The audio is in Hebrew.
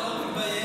איך אתה לא מתבייש?